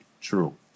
True